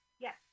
Yes